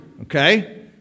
okay